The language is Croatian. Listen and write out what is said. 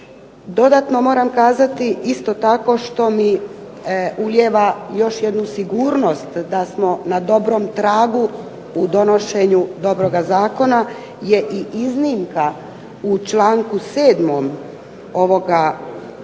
Dodatno moram kazati isto tako što mi ulijeva još jednu sigurnost da smo na dobrom tragu u donošenju dobroga zakona je i iznimka u članku 7. ovoga